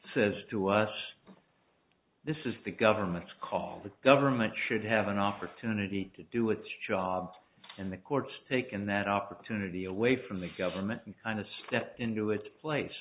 says to us this is the government's call the government should have an opportunity to do its job and the courts taken that opportunity away from the government and kind of step into its place